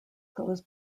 goes